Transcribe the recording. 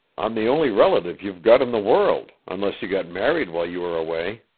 i'm the only relative you've got in the world, unless you got married while you were away.